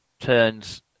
turns